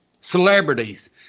celebrities